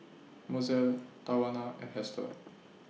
Mozell Tawanna and Hester